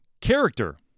character